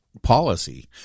policy